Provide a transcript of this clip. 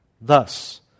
Thus